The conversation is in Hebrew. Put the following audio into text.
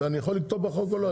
זה אני יכול לכתוב בחוק או לא?